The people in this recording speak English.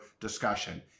discussion